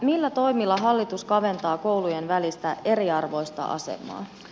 millä toimilla hallitus kaventaa koulujen välistä eriarvoista asemaa